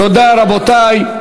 תודה, רבותי.